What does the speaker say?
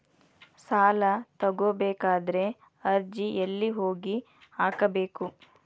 ಸಾಲ ತಗೋಬೇಕಾದ್ರೆ ಅರ್ಜಿ ಎಲ್ಲಿ ಹೋಗಿ ಹಾಕಬೇಕು?